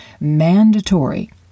mandatory